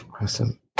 Awesome